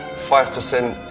five percent